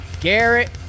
Garrett